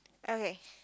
okay